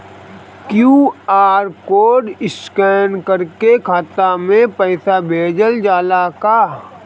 QR code scan करके खाता में पैसा भेजल जाला का?